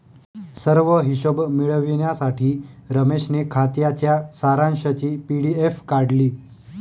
सर्व हिशोब मिळविण्यासाठी रमेशने खात्याच्या सारांशची पी.डी.एफ काढली